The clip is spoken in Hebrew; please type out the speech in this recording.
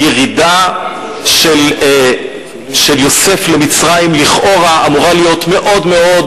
הירידה של יעקב למצרים, לכאורה, עלולה להיות מאוד